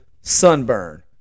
sunburn